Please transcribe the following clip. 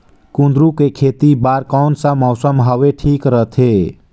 कुंदूरु के खेती बर कौन सा मौसम हवे ठीक रथे?